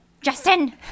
Justin